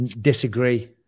Disagree